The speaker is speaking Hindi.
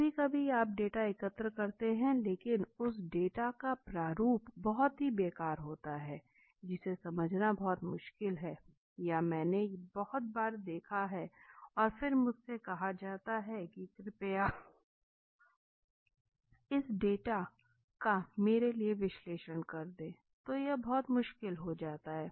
कभी कभी आप डेटा एकत्र करते हैं लेकिन उस डेटा का प्रारूप बहुत ही बेकार होता है जिसे समझना बहुत मुश्किल है और यह मैंने बहुत बार देखा है और फिर मुझसे कहाँ जाता है की कृपया इस डाटा का मेरे लिए विश्लेषण कर दें तो यह बहुत मुश्किल हो जाता है